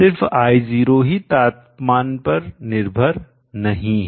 सिर्फ I0 ही तापमान पर निर्भर नहीं है